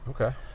Okay